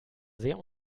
sehr